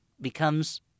becomes